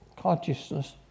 consciousness